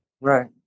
right